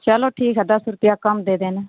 चलो ठीक है दस रुपया कम दे देना